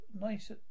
nice